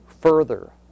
further